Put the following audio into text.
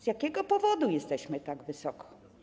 Z jakiego powodu jesteśmy tak wysoko?